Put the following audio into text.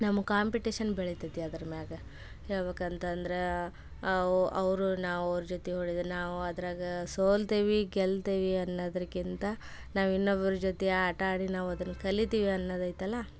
ನಮ್ಮ ಕಾಂಪಿಟಿಷನ್ ಬೆಳಿತೈತಿ ಅದ್ರ ಮ್ಯಾಲ ಹೇಳ್ಬೇಕಂತಂದ್ರೆ ಅವು ಅವರು ನಾವು ಅವ್ರ ಜೊತೆ ನಾವು ಅದರಾಗ ಸೋಲ್ತೇವೆ ಗೆಲ್ತೇವೆ ಅನ್ನೋದಕ್ಕಿಂತ ನಾವು ಇನ್ನೊಬ್ರ ಜೊತೆ ಆಟ ಆಡಿ ನಾವು ಅದನ್ನ ಕಲಿತೀವಿ ಅನ್ನೋದೈತಲ್ಲ